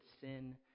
sin